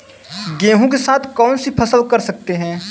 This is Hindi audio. गेहूँ के साथ कौनसी फसल कर सकते हैं?